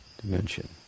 dimension